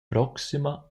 proxima